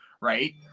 right